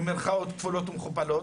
במירכאות כפולות ומכופלות,